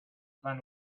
than